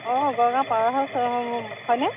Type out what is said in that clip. অঁ Gargaon power house হয়নে